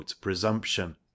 presumption